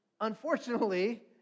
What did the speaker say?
unfortunately